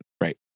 right